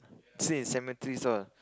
stay in cemeteries one